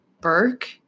Burke